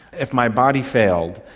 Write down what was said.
if my body failed,